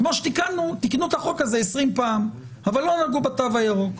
כמו שתיקנו את החוק הזה עשרים פעם אבל לא נגעו בתו הירוק.